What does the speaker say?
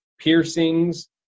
piercings